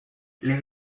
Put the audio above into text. les